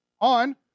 on